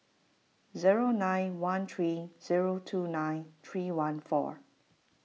zero nine one three zero two nine three one four